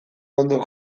ondo